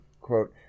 quote